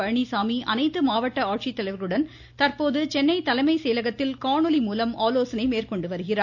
பழனிசாமி அனைத்து மாவட்ட ஆட்சித்தலைவர்களுடன் தற்போது சென்னை தலைமைச் செயலகத்தில் காணொலி மூலம் வருகிறார்